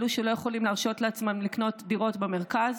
אלו שלא יכולים להרשות לעצמם לקנות דירות במרכז,